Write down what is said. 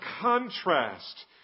contrast